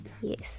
Yes